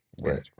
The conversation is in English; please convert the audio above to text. Right